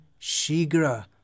Shigra